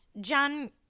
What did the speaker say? John